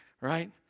right